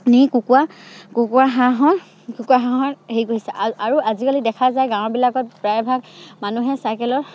নি কুকুৰা কুকুৰা হাঁহৰ কুকুৰা হাঁহৰ হেৰি কৰিছে আৰু আৰু আজিকালি দেখা যায় গাঁওবিলাকত প্ৰায়ভাগ মানুহে চাইকেলৰ